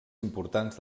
importants